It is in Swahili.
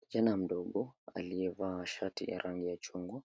Kijana mdogo, aliyevaa shati ya rangi ya chungwa,